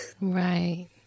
Right